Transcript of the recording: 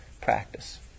practice